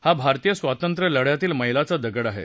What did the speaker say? हा भारतीय स्वातंत्र्यलढयातील मैलाचा दगड आहे